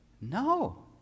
No